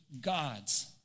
gods